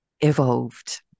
evolved